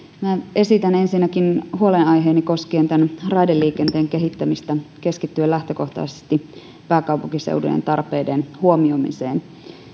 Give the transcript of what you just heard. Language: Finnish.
esitän ensinnäkin huolenaiheeni koskien tämän raideliikenteen kehittämistä keskittyen lähtökohtaisesti pääkaupunkiseudun tarpeiden huomioimiseen